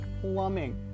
plumbing